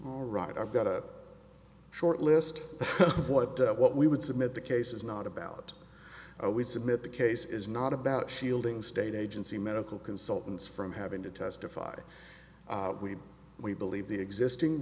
all right i've got a short list of what the what we would submit the case is not about i would submit the case is not about shielding state agency medical consultants from having to testify we believe the existing